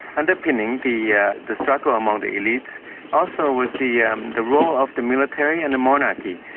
underpinning the yeah the struggle among the elite also was the um the rule of the military and the monarchy.